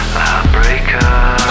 heartbreaker